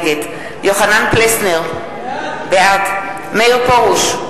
נגד יוחנן פלסנר, בעד מאיר פרוש,